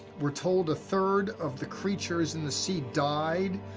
we're told, a third of the creatures in the sea died,